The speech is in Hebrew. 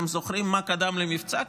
אתם זוכרים מה קדם למבצע?